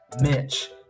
Mitch